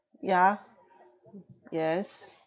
ya yes